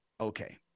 okay